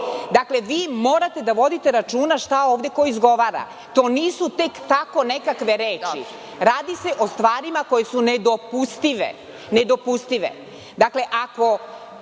Dakle, morate da vodite računa šta ko ovde izgovara. To nisu tek tako nekakve reči. Radi se o stvarima koje su nedopustive. Ako